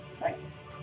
nice